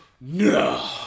no